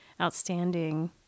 outstanding